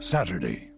Saturday